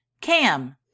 Cam